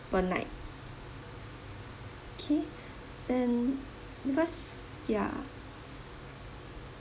per night okay then because ya